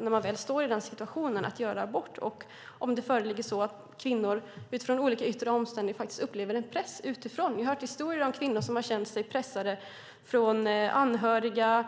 När en kvinna står inför en abort kan det vara så att hon på grund av olika yttre omständigheter upplever en press utifrån. Vi har hört historier om kvinnor som har känt sig pressade från anhöriga,